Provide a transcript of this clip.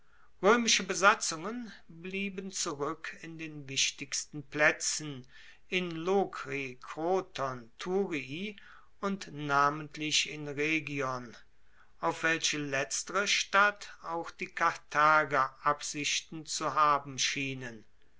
roemische besatzungen blieben zurueck in den wichtigsten plaetzen in lokri kroton thurii und namentlich in rhegion auf welche letztere stadt auch die karthager absichten zu haben schienen